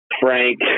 Frank